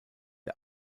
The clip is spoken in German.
der